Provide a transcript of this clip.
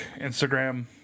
Instagram